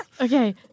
Okay